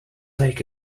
lake